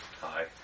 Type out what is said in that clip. Hi